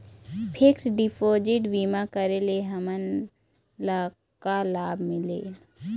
Fix deposit बीमा करे ले हमनला का लाभ मिलेल?